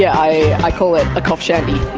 yeah i call it a cough shandy.